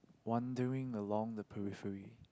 wandering along the periphary